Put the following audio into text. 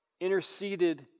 interceded